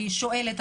אני שואלת,